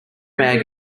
bag